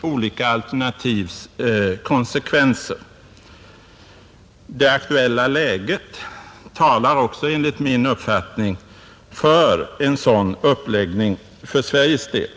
olika alternativs konsekvenser. Det aktuella läget talar också enligt min uppfattning för en sådan uppläggning för Sveriges del.